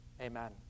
Amen